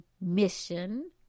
mission